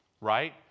right